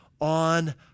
on